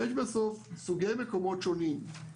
יש בסוף סוגי מקומות שונים,